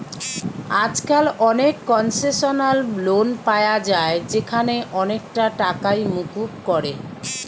আজকাল অনেক concessional loan পায়া যায় যেখানে অনেকটা টাকাই মুকুব করে